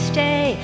Stay